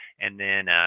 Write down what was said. and then,